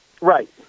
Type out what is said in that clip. Right